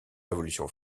révolution